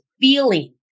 feeling